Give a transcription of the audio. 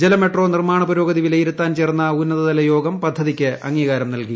ജലമെട്രോ നിർമ്മാണ പുരോഗതി വിലയിരുത്താൻ ചേർന്ന ഉന്നതതലയോഗം പദ്ധതിക്ക് അംഗീകാരം നൽകി